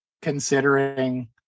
considering